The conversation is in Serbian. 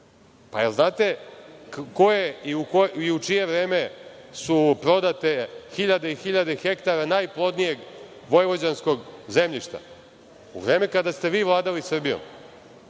Pa jel znate u čije vreme su prodate hiljade i hiljade hektara najplodnijeg vojvođanskog zemljišta? U vreme kada ste vi vladali Srbijom